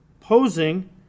Posing